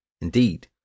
Indeed